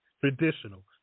traditional